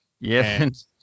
Yes